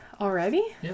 Already